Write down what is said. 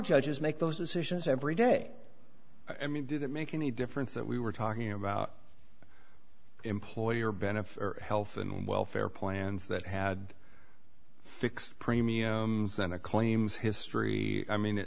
judges make those decisions every day i mean did it make any difference that we were talking about employer benefits health and welfare plans that had fixed premiums than a claims history i mean